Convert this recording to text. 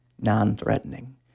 non-threatening